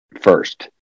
first